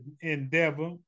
endeavor